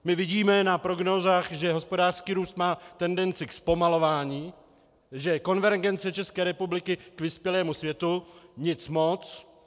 My vidíme na prognózách, že hospodářský růst má tendenci ke zpomalování, že konvergence České republiky k vyspělému světu nic moc.